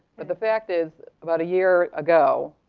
but the fact is, about a year ago,